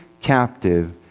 captive